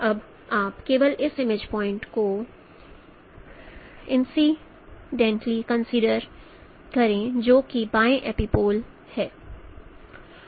अब आप केवल इस इमेज पॉइंट को इंसिडेंटॉली कंसीडर हैं जो कि बाएं एपीपोलर e है